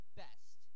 best